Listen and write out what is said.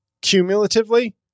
cumulatively